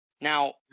Now